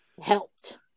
helped